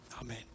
Amen